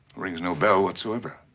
rings no bell whatsoever.